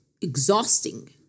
exhausting